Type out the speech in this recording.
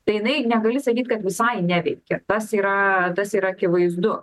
tai jinai negali sakyt kad visai neveikia tas yra tas yra akivaizdu